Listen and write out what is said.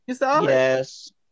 Yes